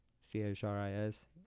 C-H-R-I-S